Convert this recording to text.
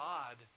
God